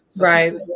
Right